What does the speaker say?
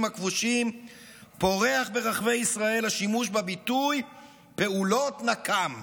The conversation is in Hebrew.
הכבושים פורח ברחבי ישראל השימוש בביטוי "פעולות נקם".